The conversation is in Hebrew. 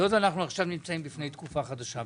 היות ואנחנו עכשיו נמצאים בפני תקופה חדשה,